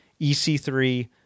EC3